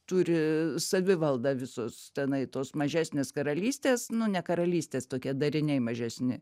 turi savivaldą visos tenai tos mažesnės karalystės nu ne karalystės tokie dariniai mažesni